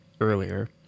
earlier